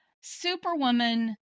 superwoman